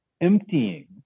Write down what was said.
emptying